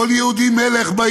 כל יהודי מלך.